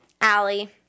Allie